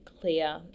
clear